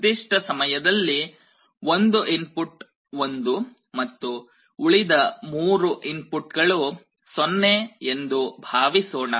ನಿರ್ದಿಷ್ಟ ಸಮಯದಲ್ಲಿ ಒಂದು ಇನ್ಪುಟ್ 1 ಮತ್ತು ಉಳಿದ 3 ಇನ್ಪುಟ್ ಗಳು 0 ಎಂದು ಭಾವಿಸೋಣ